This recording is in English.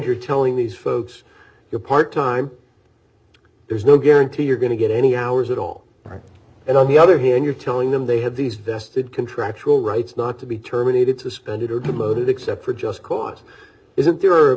you're telling these folks you're part time there's no guarantee you're going to get any hours at all right and on the other hand you're telling them they have these vested contractual rights not to be terminated suspended or demoted except for just cause isn't there